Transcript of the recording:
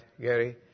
Gary